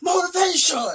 motivation